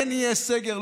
כן יהיה סגר,